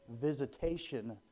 visitation